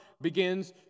begins